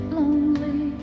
lonely